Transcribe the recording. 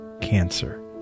cancer